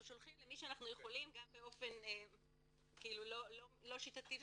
אנחנו שולחים למי שאנחנו יכולים גם באופן לא שיטתי ומסודר,